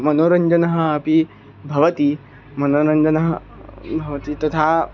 मनोरञ्जनम् अपि भवति मनोरञ्जनं भवति तथा